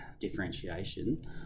differentiation